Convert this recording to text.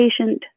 patient